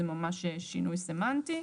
זה ממש שינוי סמנטי.